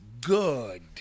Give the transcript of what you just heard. good